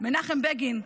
מנחם בגין,